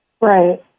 Right